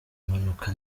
mpanuka